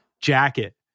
jacket